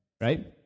right